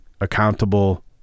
accountable